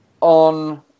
on